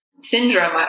syndrome